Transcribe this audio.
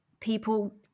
people